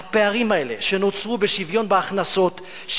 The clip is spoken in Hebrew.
הפערים האלה שנוצרו בשוויון בהכנסות,